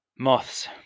Moths